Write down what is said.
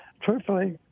Truthfully